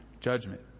judgment